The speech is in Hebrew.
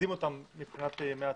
להקדים אותן מבחינת ימי הצבעה.